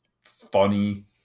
funny